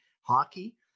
hockey